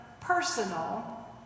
personal